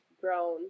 grown